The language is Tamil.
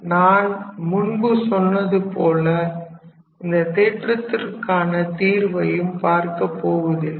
நான் முன்பு சொன்னது போல இந்த தேற்றத்திற்கான தீர்வையும் பார்க்கப்போவதில்லை